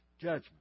judgment